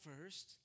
first